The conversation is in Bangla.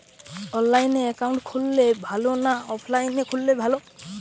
অনলাইনে একাউন্ট খুললে ভালো না অফলাইনে খুললে ভালো?